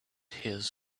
his